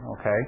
okay